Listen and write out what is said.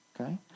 okay